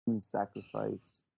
sacrifice